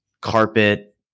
carpet